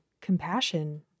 compassion